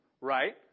right